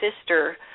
sister